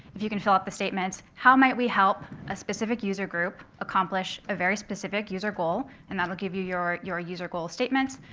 if you can fill out the statement, how might we help a specific user group accomplish a very specific user goal? and that will give you your your user goal statements.